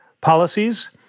policies